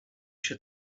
się